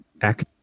Act